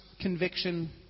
conviction